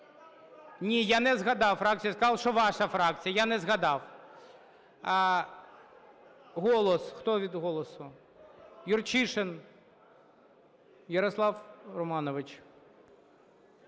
Ні, я не згадав фракцію, я сказав, що ваша фракція. Я не згадав. "Голос". Хто від "Голосу"? Юрчишин Ярослав Романович.